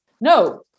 no